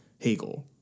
Hegel